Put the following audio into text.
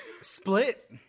Split